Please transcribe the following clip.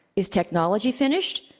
is technology finished?